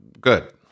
Good